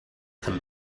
them